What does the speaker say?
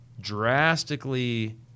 drastically